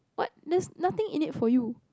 what there's nothing in it for you